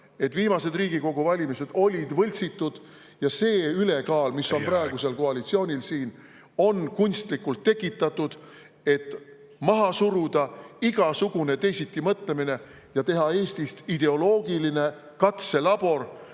et viimased Riigikogu valimised olid võltsitud, ja see ülekaal, mis on praegusel koalitsioonil siin, on kunstlikult tekitatud, et maha suruda igasugune teisitimõtlemine ja teha Eestist ideoloogiline katselabor,